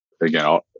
Again